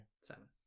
Seven